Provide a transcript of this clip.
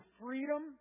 freedom